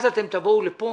אז אתם תבואו לכאן